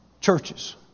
churches